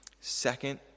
Second